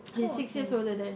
oh okay